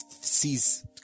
sees